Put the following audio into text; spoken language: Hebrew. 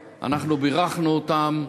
אנחנו ממשיכים בסדר-היום.